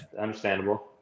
Understandable